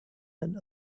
had